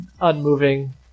unmoving